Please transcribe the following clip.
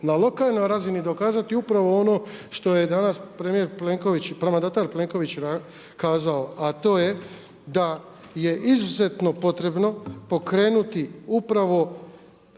na lokalnoj razini dokazati upravo ono što je danas premijer, mandatar Plenković kazao a to je da je izuzetno potrebno pokrenuti upravo,